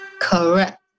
Correct